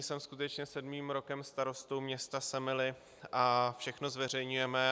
Jsem skutečně sedmým rokem starostou města Semily a všechno zveřejňujeme.